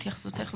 התייחסותך,